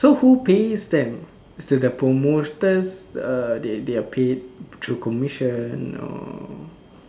so who pays them the promoters err they they are paid through commission or